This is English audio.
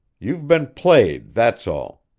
you've been played, that's all.